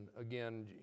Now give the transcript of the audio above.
again